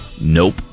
Nope